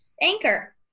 Anchor